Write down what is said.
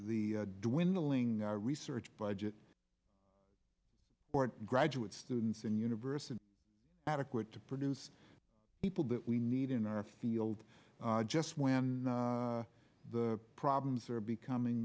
e dwindling research budget for graduate students and university adequate to produce people that we need in our field just when the problems are becoming